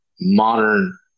modern